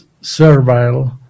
servile